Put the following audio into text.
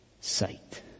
sight